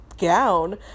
gown